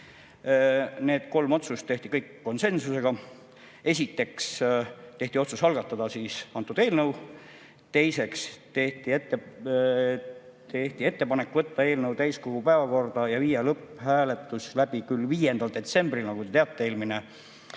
Need kolm otsust tehti kõik konsensusega. Esiteks tehti otsus algatada see eelnõu. Teiseks tehti ettepanek võtta eelnõu täiskogu päevakorda ja viia lõpphääletus läbi 5. detsembril, aga nagu te teate, eelmine